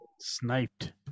sniped